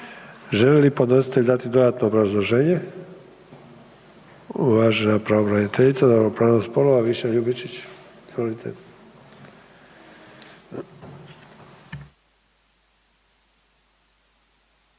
Želi li podnositelj dati dodatno obrazloženje? Uvažena pravobraniteljica za ravnopravnost spolova Višnja Ljubičić. Izvolite.